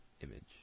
image